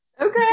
okay